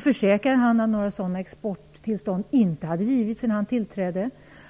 försäkrade han att några sådana exporttillstånd inte hade givits sedan han tillträdde.